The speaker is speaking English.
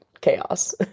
chaos